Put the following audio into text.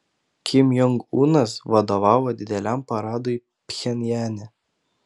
kim jong unas vadovavo dideliam paradui pchenjane